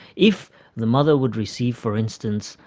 if the mother would receive, for instance,